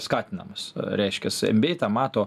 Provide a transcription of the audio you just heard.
skatinamas reiškiasi nba tą mato